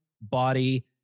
body